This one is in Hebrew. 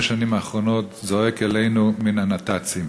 השנים האחרונות זועק אלינו מן הנת"צים.